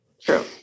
True